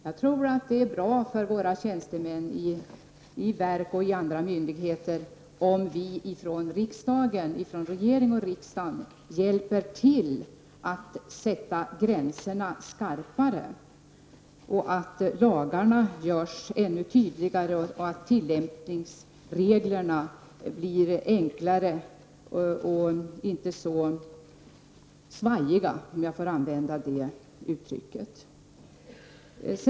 Jag tror att det är bra för våra tjänstemän i verk och andra myndigheter om regering och riksdag hjälper till att göra gränserna skarpare och lagarna tydligare och att tillämpningsreglerna blir enklare och inte så svajiga, om jag får använda det uttrycket.